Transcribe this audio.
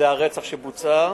זה הרצח שבוצע,